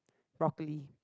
broccoli